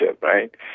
right